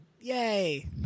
Yay